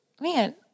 man